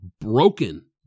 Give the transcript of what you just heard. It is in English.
broken